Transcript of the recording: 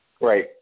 Right